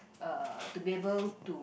uh to be able to